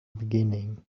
beginning